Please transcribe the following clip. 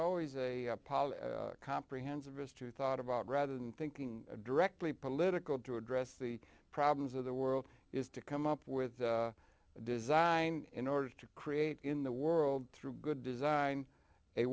always a pall comprehends of his to thought about rather than thinking directly political to address the problems of the world is to come up with design in order to create in the world through good design a